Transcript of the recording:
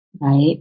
right